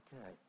okay